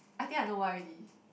I think I know why already